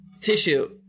Tissue